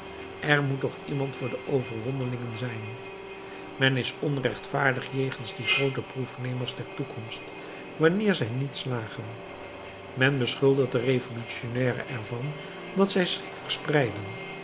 er moet toch iemand voor de overwonnelingen zijn men is onrechtvaardig jegens die groote proefnemers der toekomst wanneer zij niet slagen men beschuldigt de revolutionnairen er van dat zij schrik verspreiden